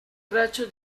braccio